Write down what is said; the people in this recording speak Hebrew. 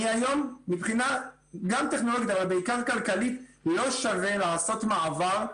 היום מבחינה גם טכנולוגית אבל בעיקר כלכלית לא שווה לעשות מעבר.